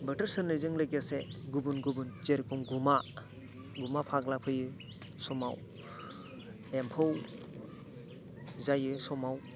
बोथोर सोलायनायजों लोगोसे गुबुन गुबुन जेरेखम गुमा गुमा फाग्ला फैयो समाव एम्फौ जायो समाव